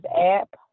app